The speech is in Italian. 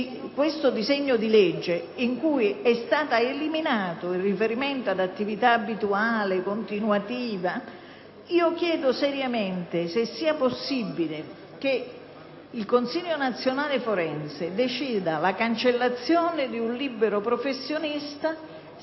di questo disegno di legge, in cui è stato eliminato il riferimento all'attività abituale e prevalente - chiedo seriamente se sia possibile che il Consiglio nazionale forense decida la cancellazione di un libero professionista